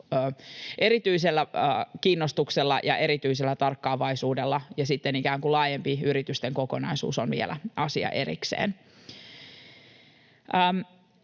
erityisellä kiinnostuksella ja erityisellä tarkkaavaisuudella, ja sitten ikään kuin laajempi yritysten kokonaisuus on vielä asia erikseen.